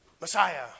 Messiah